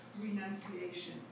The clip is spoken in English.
renunciation